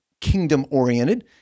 kingdom-oriented